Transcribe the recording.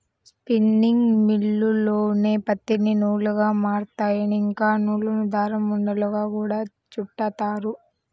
spinning మిల్లుల్లోనే పత్తిని నూలుగా మారుత్తారు, ఇంకా నూలును దారం ఉండలుగా గూడా చుడతారు